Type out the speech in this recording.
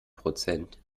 prozent